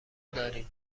داریم